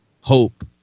hope